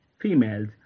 females